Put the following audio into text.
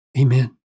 Amen